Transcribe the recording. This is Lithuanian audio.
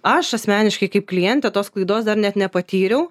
aš asmeniškai kaip klientė tos klaidos dar net nepatyriau